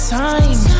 time